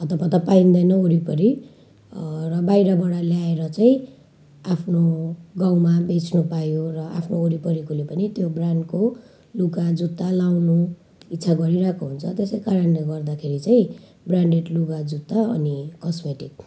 हतपत पाइँदैन वरिपरि र बाहिरबाट ल्याएर चाहिँ आफ्नो गाउँमा बेच्नु पायो र आफ्नो वरिपरिकोले पनि त्यो ब्रान्डको लुगा जुत्ता लगाउनु इच्छा गरिरहेको हुन्छ त्यसै कारणले गर्दाखेरि चाहिँ ब्रान्डेड लुगा जुत्ता अनि कस्मेटिक